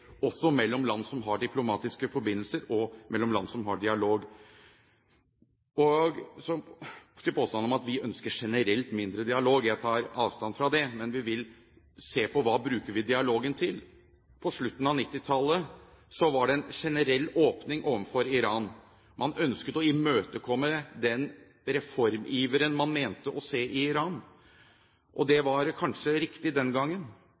også mellom land som har diplomatiske forbindelser, og mellom land som har dialog. Så til påstanden om at vi ønsker generelt mindre dialog. Jeg tar avstand fra det, men vi vil se på hva vi bruker dialogen til. På slutten av 1990-tallet var det en generell åpning overfor Iran. Man ønsket å imøtekomme den reformiveren man mente å se i Iran. Det var kanskje riktig den gangen,